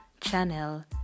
channel